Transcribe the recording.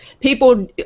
People